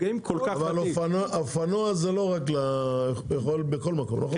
אבל האופנוע אפשר בכל מקום, נכון?